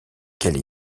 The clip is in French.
quelle